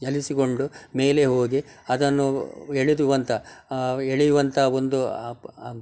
ಚಲಿಸಿಕೊಂಡು ಮೇಲೆ ಹೋಗಿ ಅದನ್ನು ಎಳೆದು ಅಂತ ಎಳೆಯುವಂತಹ ಒಂದು